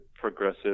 progressive